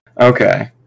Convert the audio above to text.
Okay